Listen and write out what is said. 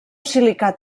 silicat